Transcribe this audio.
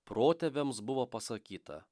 protėviams buvo pasakyta